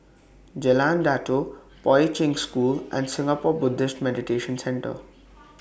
Jalan Datoh Poi Ching School and Singapore Buddhist Meditation Centre